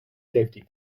safety